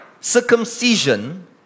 Circumcision